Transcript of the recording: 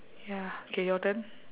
ya okay your turn